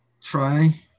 Try